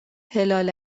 هلال